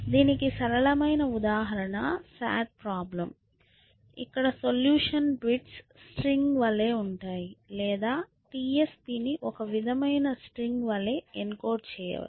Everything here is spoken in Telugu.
దీనికి సరళమైన ఉదాహరణ SAT ప్రాబ్లెమ్ ఇక్కడ సొల్యూషన్ బిట్స్ స్ట్రింగ్ వలె ఉంటుంది లేదా TSP ని ఒక విధమైన స్ట్రింగ్ వలె ఎన్కోడ్ చేయవచ్చు